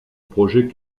projet